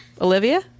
Olivia